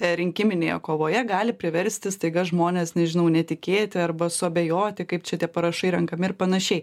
a rinkiminėje kovoje gali priversti staiga žmones nežinau netikėti arba suabejoti kaip čia tie parašai renkami ir panašiai